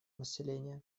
населения